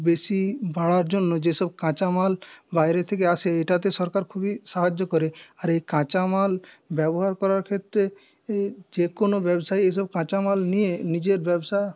বেশি বাড়ার জন্য যেসব কাঁচা মাল বাইরে থেকে আসে এটাতে সরকার খুবই সাহায্য করে আর এই কাঁচা মাল ব্যবহার করার ক্ষেত্রে যে কোন ব্যবসায়ীই এসব কাঁচা মাল নিয়ে নিজের ব্যবসা